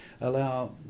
allow